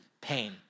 pain